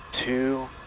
two